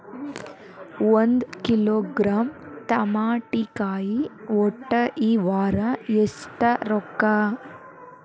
ಒಂದ್ ಕಿಲೋಗ್ರಾಂ ತಮಾಟಿಕಾಯಿ ಒಟ್ಟ ಈ ವಾರ ಎಷ್ಟ ರೊಕ್ಕಾ?